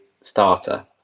starter